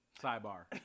Sidebar